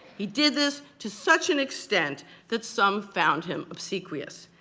he did this to such an extent that some found him obsequious.